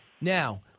Now